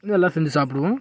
இதெல்லாம் செஞ்சு சாப்பிடுவோம்